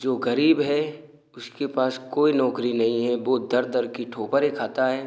जो गरीब है उसके पास कोई नौकरी नहीं है वो दर दर की ठोकरे खाता है